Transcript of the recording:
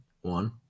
One